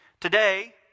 Today